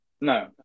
No